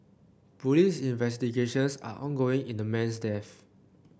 police investigations are ongoing in the man's death